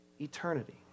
eternity